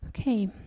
Okay